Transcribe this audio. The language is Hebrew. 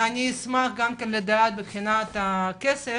אני אשמח לדעת גם מבחינת הכסף,